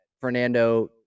Fernando